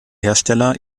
hersteller